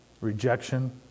Rejection